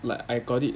like I got it